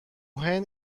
هند